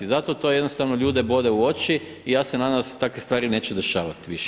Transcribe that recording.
Zato to jednostavno ljude bode u oči i ja se nadam da se takve stvari neće dešavat više.